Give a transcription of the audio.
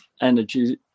energy